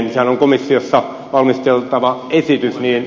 sehän on komissiossa valmisteltava esitys